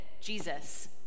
Jesus